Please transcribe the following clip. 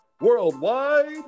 worldwide